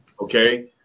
okay